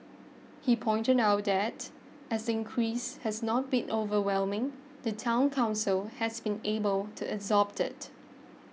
he pointed out that as the increase has not been overwhelming the Town Council has been able to absorb it